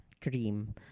cream